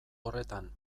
horretan